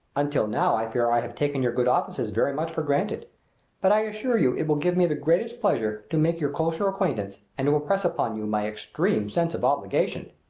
until now i fear i have taken your good offices very much for granted but i assure you it will give me the greatest pleasure to make your closer acquaintance and to impress upon you my extreme sense of obligation.